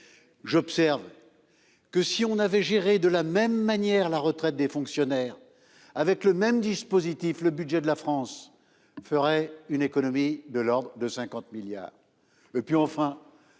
J'observe que si l'on avait géré de la même manière la retraite des fonctionnaires, avec le même dispositif, la France aurait fait une économie budgétaire de l'ordre de 50 milliards